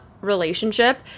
relationship